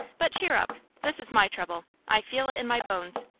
but cheer up. this is my trouble. i feel it in my bones.